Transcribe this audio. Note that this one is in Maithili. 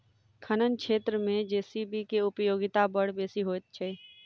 खनन क्षेत्र मे जे.सी.बी के उपयोगिता बड़ बेसी होइत छै